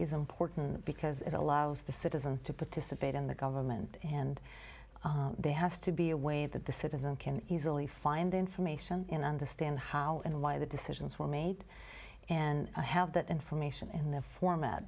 is important because it allows the citizen to participate in the government and they has to be a way that the citizen can easily find information and understand how and why the decisions were made and i have that information and the format